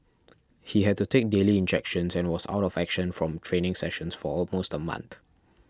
he had to take daily injections and was out of action from training sessions for almost a month